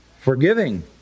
forgiving